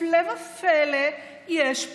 נישאר